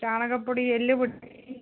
ചാണകപ്പൊടി എല്ലു പൊടി ടി